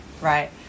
right